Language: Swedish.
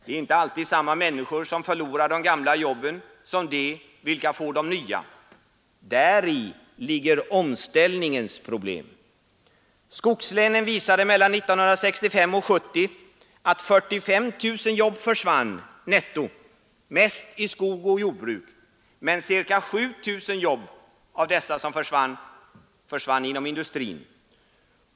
Det är inte alltid samma människor som förlorar de gamla jobben och som får de nya. Däri ligger omställningens problem. Skogslänen visade mellan 1965 och 1970 att 45 000 jobb försvann, netto, mest i skog och jordbruk. Men ca 7000 jobb av de som försvann, försvann inom industrin.